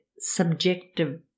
subjective